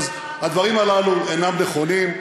אז הדברים הללו אינם נכונים,